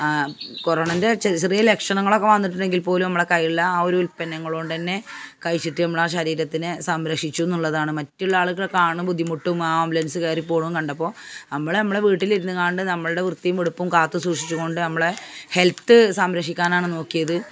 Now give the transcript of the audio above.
കൊറോണേന്റെ ചെറ് ചെറിയ ലക്ഷണങ്ങളൊക്കെ വന്നിട്ടുണ്ടെങ്കിൽപ്പോലും നമ്മുടെ കൈയിലുള്ള ആ ഒരുല്പന്നങ്ങൾ കൊണ്ടു തന്നെ കഴിച്ചിട്ട് നമ്മളാ ശരീരത്തിനെ സംരക്ഷിച്ചൂ എന്നുള്ളതാണ് മറ്റുള്ള ആളുകൾ കാണും ബുദ്ധിമുട്ടും ആമ്പുലൻസുകാർ പോണതും കണ്ടപ്പോൾ നമ്മൾ നമ്മുടെ വീട്ടിലിരുന്നു കൊണ്ട് നമ്മുടെ വൃത്തിയും വെടിപ്പും കാത്തു സൂക്ഷിച്ചുകൊണ്ട് നമ്മളുടെ ഹെൽത്ത് സംരക്ഷിക്കാനാണ് നോക്കിയത്